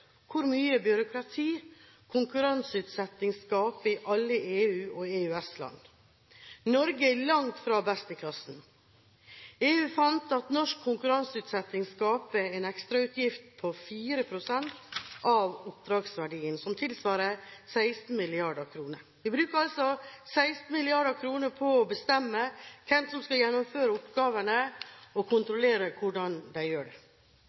hvor mye byråkrati konkurranseutsetting skaper i alle EU- og EØS-land. Norge er langt fra best i klassen. EU fant at norsk konkurranseutsetting skaper en ekstrautgift på 4 pst. av oppdragsverdien, noe som tilsvarer 16 mrd. kr. Vi bruker altså 16 mrd. kr på å bestemme hvem som skal gjennomføre oppgavene og kontrollere hvordan de gjør det.